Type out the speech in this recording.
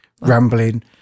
rambling